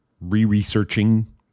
re-researching